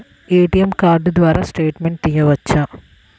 ATM card ద్వారా statement తీయవచ్చా?